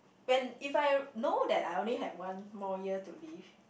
when if I know that I only have one more year to live